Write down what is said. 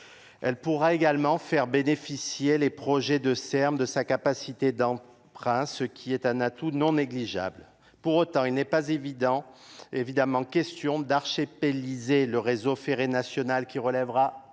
Elle pourra également faire bénéficier les projets de Serm de sa capacité d'emprunt, ce qui est un atout non négligeable, pour autant, il n'est pas évident évidemment, question d'archipels le réseau ferré national, qui relèvera